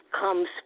comes